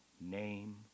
name